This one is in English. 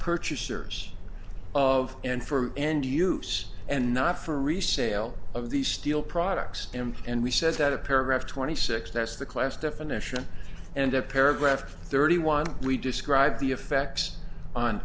purchasers of and for and use and not for resale of these steel products and we said that a paragraph twenty six that's the class definition and a paragraph thirty one we describe the effects on